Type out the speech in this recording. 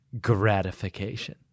Gratification